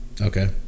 okay